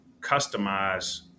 customize